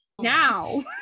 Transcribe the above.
Now